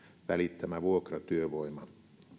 välittämä vuokratyövoima